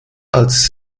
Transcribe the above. als